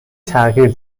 تغییر